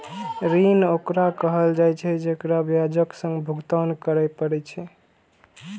ऋण ओकरा कहल जाइ छै, जेकरा ब्याजक संग भुगतान करय पड़ै छै